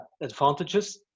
advantages